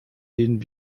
den